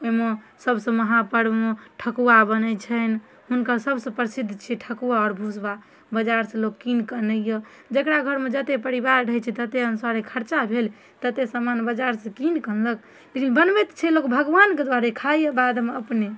ओहिमे सबसँ महापर्बमे ठकुआ बनैत छनि हुनका सबसँ प्रसिद्ध छै ठकुआ आओर भुसबा बजारसँ लोक किन कऽ अनैए जकरा घरमे जतेक परिवार रहैत छै ततेक अनुस्वारे खर्चा भेल ततेक सामान बजारसँ किन कऽ अनलक लेकिन बनबै तऽ छै लोक भगवानके दुआरे खाइए बादमे अपने